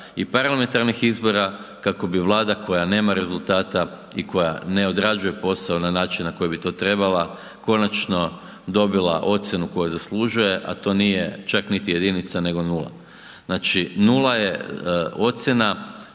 i parlamentarnih izbora kako bi Vlada koja nema rezultata i koja ne odrađuje posao na način na koji bi to trebala, konačno dobila ocjenu koju zaslužuje a to nije čak niti jedinica nego nula. Znači nula je ocjena